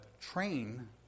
train